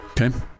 okay